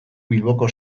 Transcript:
bilboko